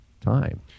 time